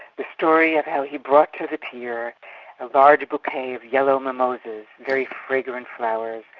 the story of how he brought to the pier a large bouquet of yellow mimosas, very fragrant flowers,